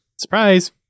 Surprise